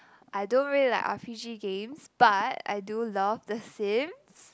I don't really like r_p_g games but I I do love the Sims